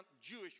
Jewish